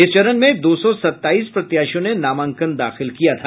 इस चरण में दो सौ सताईस प्रत्याशियों ने नामांकन दाखिल किया था